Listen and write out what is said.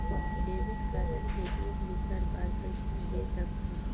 Debit card ले एक दुसर बार पइसा दे सकथन?